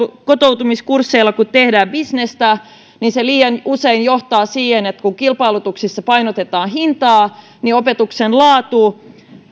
kotoutumiskursseilla kun tehdään bisnestä se liian usein johtaa siihen että kun kilpailutuksissa painotetaan hintaa niin opetuksen laatu